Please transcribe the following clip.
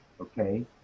okay